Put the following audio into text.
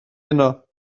heno